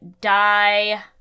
die